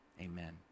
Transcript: Amen